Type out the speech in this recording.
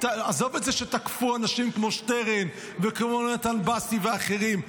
עזוב את זה שתקפו אנשים כמו שטרן וכמו יונתן בשיא ואחרים.